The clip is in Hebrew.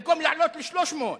במקום לעלות ל-300.